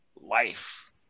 life